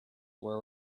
were